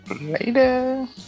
Later